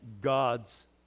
God's